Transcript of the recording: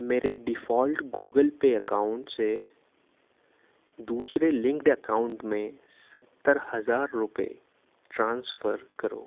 میرے default Google Pay account سے دوسرے لنکڈ اکاؤنٹ میں ستر ہزار روپئے ٹرانسفر کرو